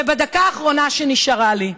ובדקה האחרונה שנשארה לי,